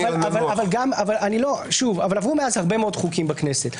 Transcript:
אבל עברו מאז הרבה מאוד חוקים בכנסת.